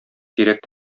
тирәк